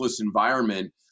environment